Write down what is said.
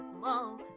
Whoa